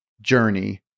journey